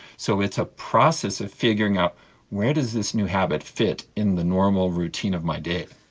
so it's a process of figuring out where does this new habit fit in the normal routine of my day.